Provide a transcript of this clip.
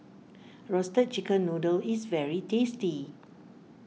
Roasted Chicken Noodle is very tasty